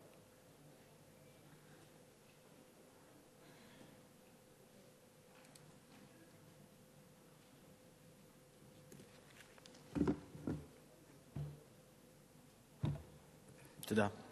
תודה.